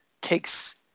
takes